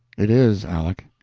it is, aleck.